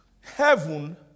Heaven